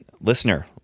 Listener